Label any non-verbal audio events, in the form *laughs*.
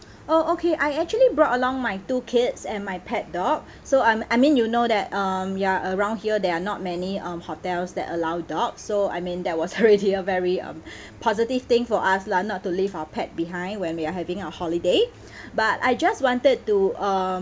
oh okay I actually brought along my two kids and my pet dog so I'm I mean you know that um ya around here there are not many um hotels that allow dogs so I mean that was *laughs* already a very um *breath* positive thing for us lah not to leave our pet behind when we are having our holiday *breath* but I just wanted to um